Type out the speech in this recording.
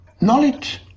knowledge